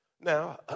Now